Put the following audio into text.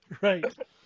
Right